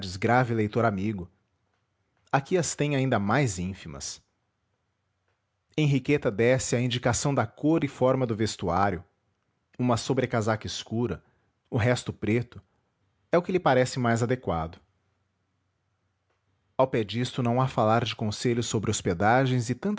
grave leitor amigo aqui as tens ainda mais ínfimas henriqueta desce à indicação da cor e forma do vestuário uma sobrecasaca escura o resto preto é o que lhe parece mais adequado ao pé disto não há falar de conselhos sobre hospedagens e